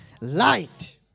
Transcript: Light